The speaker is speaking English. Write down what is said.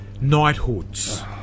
knighthoods